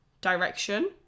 direction